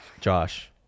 Josh